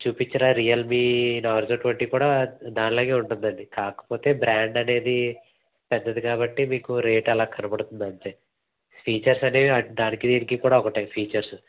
చూపించనా Realme Narzo twenty కూడా దానిలాగ ఉంటుంది అండి కాకపోతే బ్రాండ్ అనేది పెద్దది కాబట్టి మీకు రేట్ అలా కనపడుతుంది అంతే ఫీచర్స్ అనేది దానికి దీనికి కూడా ఒకటే ఫీచర్స్